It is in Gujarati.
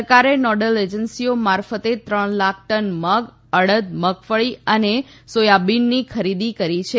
સરકારે નોડલ એજન્સીઓ મારફતે ત્રણ લાખ ટન મગ અડદ મગફળી અને સોયાબીનની ખરીદી કરી છે